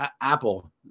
Apple